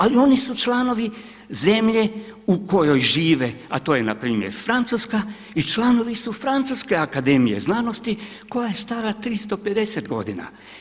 Ali oni su članovi zemlje u kojoj žive a to je npr. Francuska i članovi su Francuske akademije znanosti koja je stara 350 godina.